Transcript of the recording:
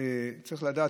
צריך לדעת,